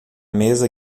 mesa